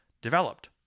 developed